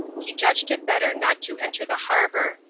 he judged it better not to enter the harbour,